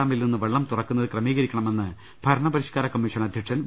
ഡാമിൽ നിന്ന് വെള്ളം തുറക്കുന്നത് ക്രമീകരിക്കണമെന്ന് ഭരണപരിഷ്കരണ കമ്മീഷൻ അധ്യക്ഷൻ വി